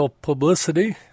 Publicity